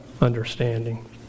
understanding